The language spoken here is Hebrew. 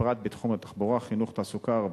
והפרט בתחום התחבורה, החינוך, התעסוקה והרווחה,